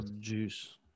juice